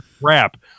crap